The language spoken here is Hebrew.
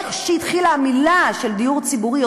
איך שהתחלתי לומר דיור ציבורי,